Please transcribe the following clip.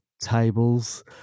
tables